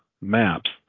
maps